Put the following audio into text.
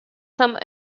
some